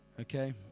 okay